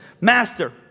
Master